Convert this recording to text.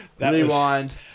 Rewind